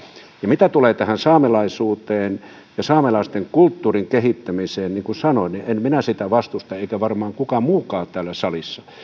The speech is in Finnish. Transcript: mitä tulee tähän saamelaisuuteen ja saamelaisten kulttuurin kehittämiseen niin kuin sanoin en minä sitä vastusta eikä varmaan kukaan muukaan täällä salissa